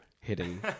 hitting